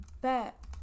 bet